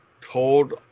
told